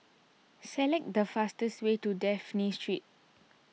select the fastest way to Dafne Street